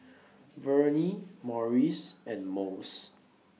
Vernie Morris and Mose